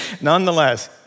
nonetheless